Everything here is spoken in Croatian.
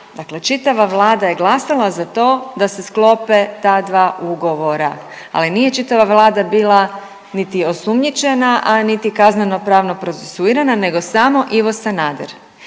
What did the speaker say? Dakle, čitava Vlada je glasala za to da se sklope ta dva ugovora, ali nije čitava Vlada bila niti osumnjičena, a niti kazneno-pravno procesuirana nego samo Ivo Sanader.